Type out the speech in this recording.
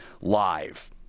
live